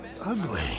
ugly